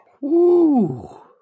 Woo